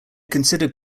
considered